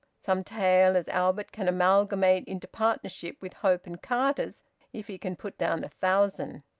some tale as albert can amalgamate into partnership with hope and carters if he can put down a thousand.